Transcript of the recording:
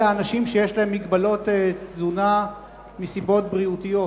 אלא אנשים שיש להם הגבלות תזונה מסיבות בריאותיות.